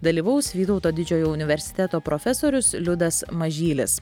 dalyvaus vytauto didžiojo universiteto profesorius liudas mažylis